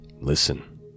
listen